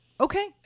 Okay